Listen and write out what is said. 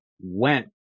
went